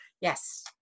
yes